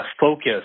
focus